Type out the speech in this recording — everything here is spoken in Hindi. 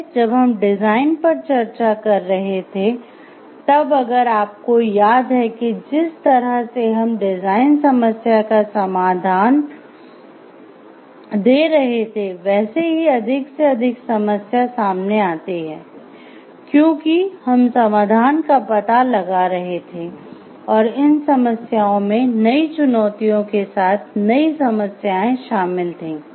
पहले जब हम डिजाइन पर चर्चा कर रहे थे तब अगर आपको याद है कि जिस तरह से हम डिजाइन समस्या का समाधान दे रहे थे वैसे ही अधिक से अधिक समस्या सामने आती है क्योंकि हम समाधान का पता लगा रहे थे और इन समस्याओं में नई चुनौतियों के साथ नई समस्याएं शामिल थी